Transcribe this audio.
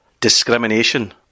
discrimination